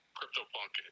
CryptoPunk